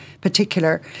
particular